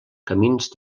camins